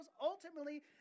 ultimately